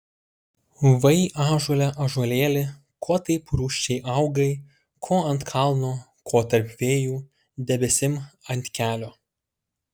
vai ąžuole ąžuolėli ko taip rūsčiai augai ko ant kalno ko tarp vėjų debesim ant kelio